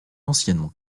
anciennement